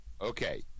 okay